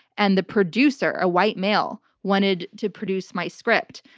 and the producer, a white male, wanted to produce my script,